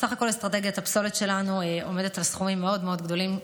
בסך הכול אסטרטגיית הפסולת שלנו עומדת על סכומים מאוד מאוד גדולים.